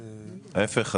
להיפך.